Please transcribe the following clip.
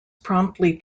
promptly